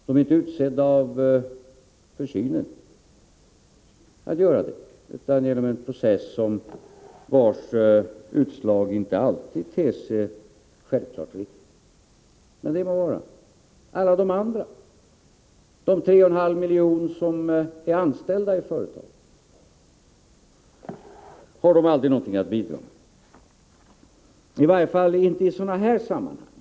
De är inte utsedda av försynen, utan genom en process vars utslag inte alltid ter sig självklart och riktigt, men det må vara. Men alla de andra, de tre och en halv miljon som är anställda i företagen — har de aldrig någonting att bidra med? Tydligen inte i sådana sammanhang.